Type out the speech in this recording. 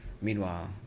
Meanwhile